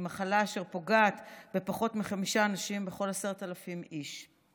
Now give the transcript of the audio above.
מחלה אשר פוגעת בפחות מחמישה אנשים מכל 10,000 איש.